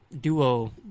duo